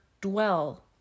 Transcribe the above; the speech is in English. dwell